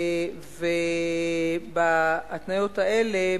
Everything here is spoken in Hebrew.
ובהתניות האלה,